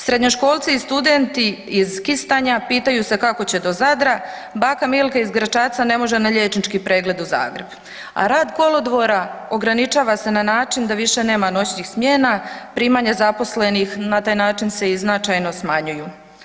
Srednjoškolci i studenti iz Kistanja pitaju se kako će do Zadra, baka Milka iz Gračaca ne može na liječnički pregled u Zagreb a rad kolodvora ograničava se na način da više nema noćnih smjena, primanja zaposlenih na taj način se i značajno smanjuju.